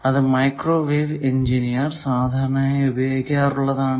അത് microwave engineer സാധാരണയായി ഉപയോഗിക്കാറുള്ളതാണ്